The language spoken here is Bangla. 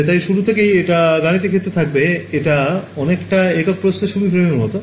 তাই শুরু থেকেই এটা গাণিতিক ক্ষেত্রে থাকবে এটা অনেকটা একক প্রস্থের ছবির ফ্রেমের মতো